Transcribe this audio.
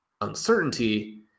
uncertainty